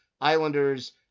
Islanders